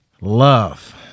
love